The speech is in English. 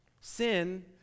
Sin